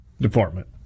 department